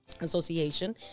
association